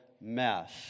mess